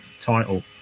title